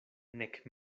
nek